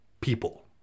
people